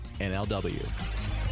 NLW